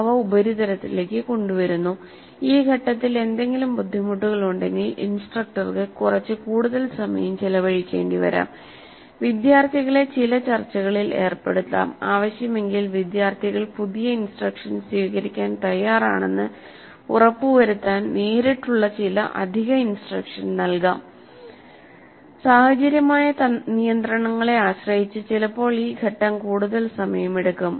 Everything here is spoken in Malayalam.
അവ ഉപരിതലത്തിലേക്ക് കൊണ്ടുവരുന്നു ഈ ഘട്ടത്തിൽ എന്തെങ്കിലും ബുദ്ധിമുട്ടുകൾ ഉണ്ടെങ്കിൽ ഇൻസ്ട്രക്ടർക്ക് കുറച്ച് കൂടുതൽ സമയം ചെലവഴിക്കേണ്ടിവരാം വിദ്യാർത്ഥികളെ ചില ചർച്ചകളിൽ ഏർപ്പെടുത്താം ആവശ്യമെങ്കിൽ വിദ്യാർത്ഥികൾ പുതിയ ഇൻസ്ട്രക്ഷൻ സ്വീകരിക്കാൻ തയ്യാറാണെന്ന് ഉറപ്പുവരുത്താൻ നേരിട്ടുള്ള ചില അധിക ഇൻസ്ട്രക്ഷൻ നൽകാം സാഹചര്യപരമായ നിയന്ത്രണങ്ങളെ ആശ്രയിച്ച് ചിലപ്പോൾ ഈ ഘട്ടം കൂടുതൽ സമയമെടുക്കും